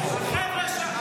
(אומר במרוקאית).